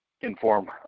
inform